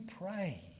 pray